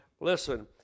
listen